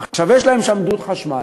עכשיו, יש להם שם דוד חשמל.